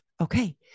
Okay